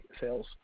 sales